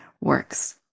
works